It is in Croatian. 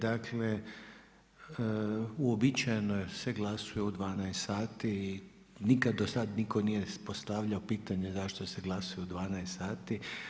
Dakle, uobičajeno se glasuje u 12,00 sati i nikad do sad nitko nije postavljao pitanje zašto se glasuje u 12,00 sati.